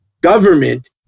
government